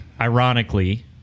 ironically